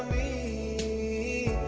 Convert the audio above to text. a